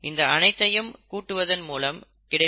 இந்த அனைத்தையும் கூட்டுவதன் மூலம் கிடைப்பது 616 அல்லது 38